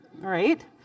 Right